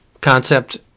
concept